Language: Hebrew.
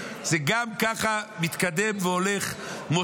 גם ככה זה הולך ומתקדם,